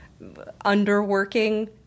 underworking